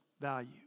value